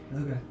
Okay